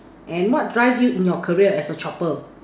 and what drive you in your career as a chopper